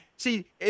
See